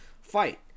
fight